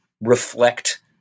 reflect